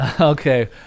Okay